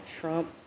Trump